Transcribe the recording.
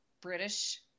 British